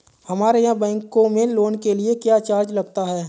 हमारे यहाँ बैंकों में लोन के लिए क्या चार्ज लगता है?